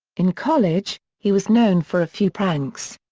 in college, he was known for a few pranks.